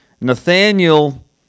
Nathaniel